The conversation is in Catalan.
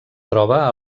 troba